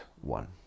one